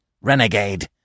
Renegade